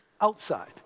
outside